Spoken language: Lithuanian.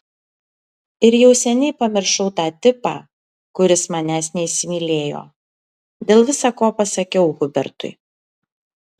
ir jau seniai pamiršau tą tipą kuris manęs neįsimylėjo dėl visa ko pasakiau hubertui